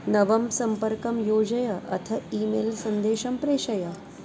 नवं सम्पर्कं योजय अथ ई मेल् सन्देशं प्रेषय